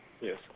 Yes